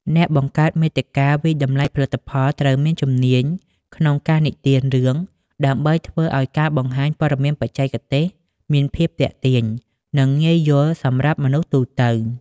អ្នកបង្កើតមាតិកាវាយតម្លៃផលិតផលត្រូវមានជំនាញក្នុងការនិទានរឿង ដើម្បីធ្វើឱ្យការបង្ហាញព័ត៌មានបច្ចេកទេសមានភាពទាក់ទាញ និងងាយយល់សម្រាប់មនុស្សទូទៅ។